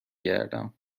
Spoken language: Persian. گردم